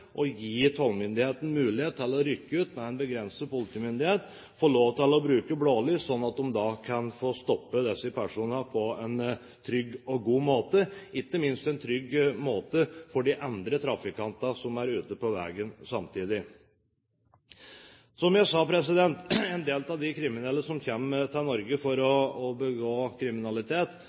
og gi tollmyndighetene mulighet til å rykke ut med begrenset politimyndighet. Vi må la dem få lov til å bruke blålys, slik at de kan få stoppet disse personene på en trygg og god måte – ikke minst på en trygg måte for de andre trafikantene som er ute på veien samtidig. Som jeg sa, en del av de kriminelle som kommer til Norge for å begå kriminalitet,